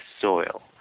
soil